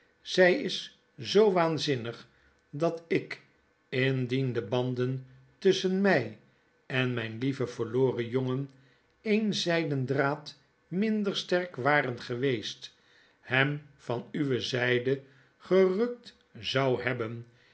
zg is zoo waanzinnig dat ik indien de banden tusschen mij en mijn lieven verloren jongen een zgden draad minder sterk waren geweest hem van uwe zijde gerukt zou hebben